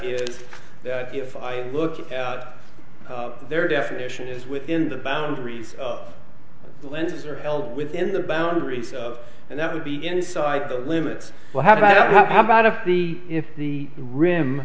is that if i look at their definition it is within the boundaries of lenses are held within the boundaries of and that would be inside the limits well how about how about if the if the r